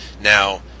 Now